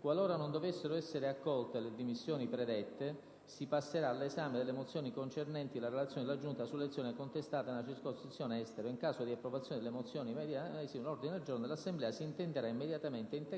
«Qualora non dovessero essere accolte le dimissioni predette, si passerà all'esame delle mozioni concernenti la relazione della Giunta sull'elezione contestata nella circoscrizione Estero e, in caso di approvazione delle mozioni medesime, l'ordine del giorno dell'Assemblea si intenderà immediatamente integrato